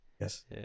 yes